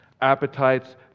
appetites